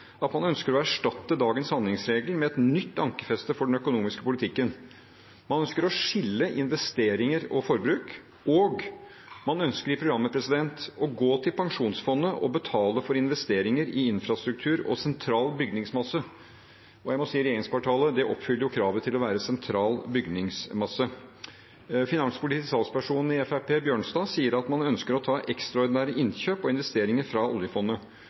at man ønsker å «erstatte dagens handlingsregel med et nytt ankerfeste for den økonomiske politikken». Man ønsker å skille investeringer og forbruk, og man ønsker i programmet å gå til pensjonsfondet og betale for investeringer i infrastruktur og «sentral bygningsmasse». Og jeg må si: Regjeringskvartalet oppfyller jo kravet til å være sentral bygningsmasse. Finanspolitisk talsperson i Fremskrittspartiet, Bjørnstad, sier at man ønsker å ta ekstraordinære innkjøp og investeringer fra oljefondet.